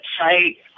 say